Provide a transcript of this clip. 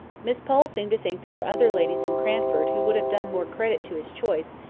miss pole seemed to think there were other ladies in cranford who would have done more credit to his choice,